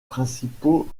principaux